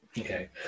okay